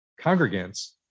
congregants